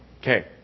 Okay